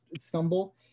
stumble